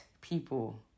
people